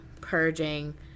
purging